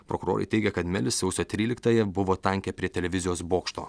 prokurorai teigia kad melis sausio tryliktąją buvo tanke prie televizijos bokšto